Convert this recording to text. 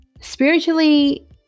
Spiritually